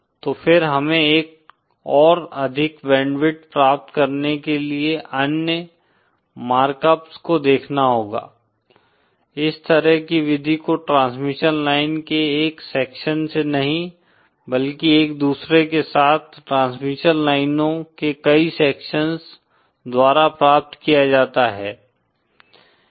तो फिर हमें एक और अधिक बैंडविड्थ प्राप्त करने के लिए अन्य मार्क अप्स को देखना होगा इस तरह की विधि को ट्रांसमिशन लाइन के एक सेक्शन से नहीं बल्कि एक दूसरे के साथ ट्रांसमिशन लाइनों के कई सेक्शंस द्वारा प्राप्त किया जाता है